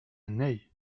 ney